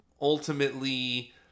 ultimately